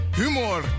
humor